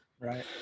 Right